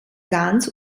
ganz